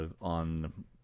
On